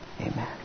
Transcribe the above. Amen